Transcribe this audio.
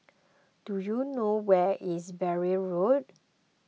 do you know where is Bury Road